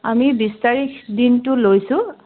আমি বিছ তাৰিখ দিনতো লৈছোঁ